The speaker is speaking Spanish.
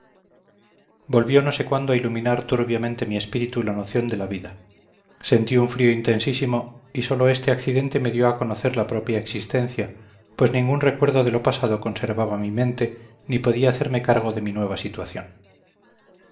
volvió no sé cuándo a iluminar turbiamente mi espíritu la noción de la vida sentí un frío intensísimo y sólo este accidente me dio a conocer la propia existencia pues ningún recuerdo de lo pasado conservaba mi mente ni podía hacerme cargo de mi nueva situación